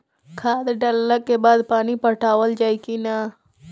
खाद डलला के बाद पानी पाटावाल जाई कि न?